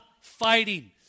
fighting